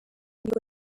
nibwo